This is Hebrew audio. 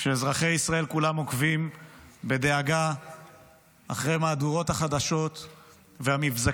כשאזרחי ישראל כולם עוקבים בדאגה אחרי מהדורות החדשות והמבזקים